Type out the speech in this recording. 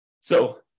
So-